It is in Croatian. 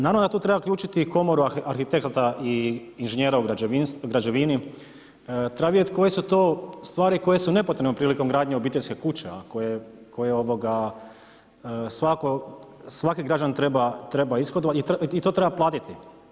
Naravno da tu treba uključiti i komoru arhitekata i inženjera u građevini, treba vidjeti koje su to stvari koje su nepotrebne prilikom gradnje obiteljske kuće, ako je, tko je, svaki građanin treba ishodovati i to treba platiti.